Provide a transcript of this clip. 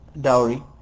dowry